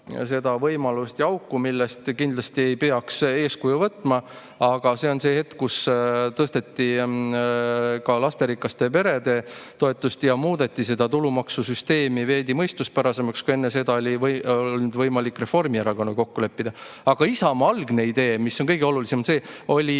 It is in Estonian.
seda võimalust ja auku, millest kindlasti ei peaks eeskuju võtma. Aga see on hetk, kus tõsteti ka lasterikaste perede toetust ja muudeti tulumaksusüsteemi veidi mõistuspärasemaks, kui enne seda oli olnud võimalik Reformierakonnaga kokku leppida. Isamaa algne idee, mis on kõige olulisem, oli